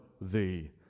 thee